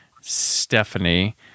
Stephanie